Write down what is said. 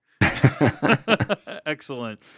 Excellent